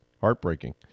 heartbreaking